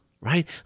right